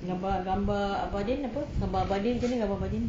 gambar gambar abang din apa abang din punya abang din